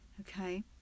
Okay